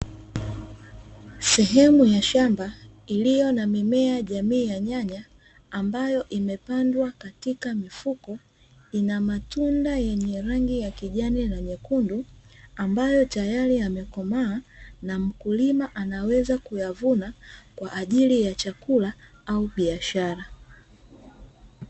Sehemu ya shamba iliyo na mimea jamii ya nyanya, ambayo imepandwa katika mifuko, ina matunda yenye rangi ya kijani na nyekundu, ambayo tayari yamekomaa na mkulima anaweza kuyavuna kwa ajili ya chakula au biashara.